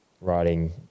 writing